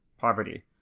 poverty